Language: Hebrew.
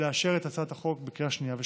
לאשר את הצעת החוק בקריאה שנייה ושלישית.